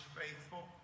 faithful